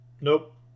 Nope